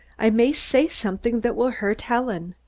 i may say something that will hurt helen.